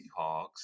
Seahawks